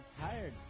tired